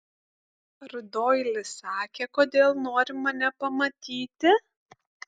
ar doilis sakė kodėl nori mane pamatyti